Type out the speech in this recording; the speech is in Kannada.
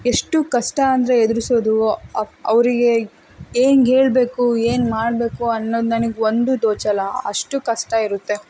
ಎಷ್ಟು ಕಷ್ಟ ಅಂದರೆ ಎದುರಿಸೋದು ಅವರಿಗೆ ಹೆಂಗ್ ಹೇಳಬೇಕು ಏನು ಮಾಡಬೇಕು ಅನ್ನೋದು ನನ್ಗೆ ಒಂದೂ ತೋಚಲ್ಲ ಅಷ್ಟು ಕಷ್ಟ ಇರುತ್ತೆ